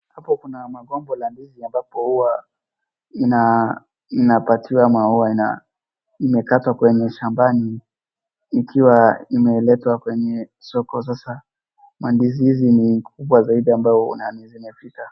Hapo kuna magombo yl ndizi ambapo huwa inapakiwa ama huwa imekatwa kwenye shambani iki imeletwa kwenye soko sasa mandizi hizi ni kubwa zaidi ambao nani zimefika.